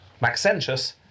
Maxentius